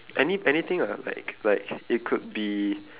any anything ah like like it could be